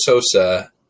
Sosa